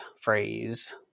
phrase